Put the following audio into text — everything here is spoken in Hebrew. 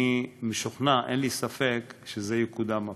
אני משוכנע, אין לי ספק, שזה יקודם הפעם.